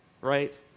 right